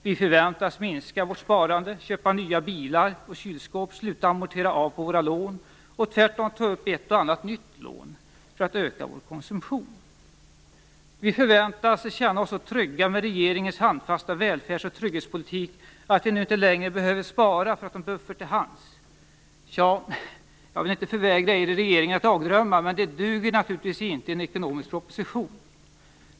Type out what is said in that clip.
Vi förväntas minska vårt sparande, köpa nya bilar och kylskåp, sluta amortera av på våra lån och tvärtom ta upp ett och annat nytt lån för att öka vår konsumtion. Vi förväntas känna oss så trygga med regeringens handfasta välfärds och trygghetspolitik att vi nu inte längre behöver spara för att ha en buffert till hands. Tja, jag vill inte förvägra er i regeringen att dagdrömma, men detta duger naturligtvis inte i en ekonomisk proposition.